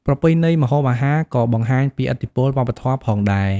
ប្រពៃណីម្ហូបអាហារក៏បង្ហាញពីឥទ្ធិពលវប្បធម៌ផងដែរ។